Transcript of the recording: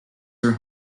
her